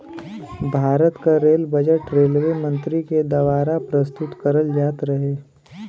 भारत क rail budget railway मंत्री के दवारा प्रस्तुत करल जात रहे